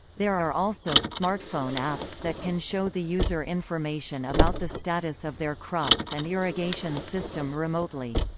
there are also smartphone apps that can show the user information about the status of their crops and irrigation system remotely.